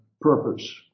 purpose